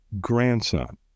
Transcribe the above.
grandson